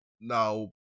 now